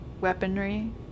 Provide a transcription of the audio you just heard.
weaponry